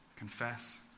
Confess